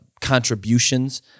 contributions